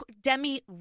Demi